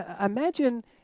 Imagine